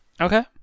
Okay